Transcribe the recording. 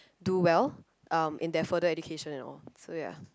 do well um in their further education and all so ya